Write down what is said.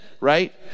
right